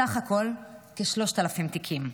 סך הכול כ-3,000 תיקים.